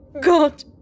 God